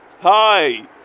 Hi